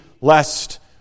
lest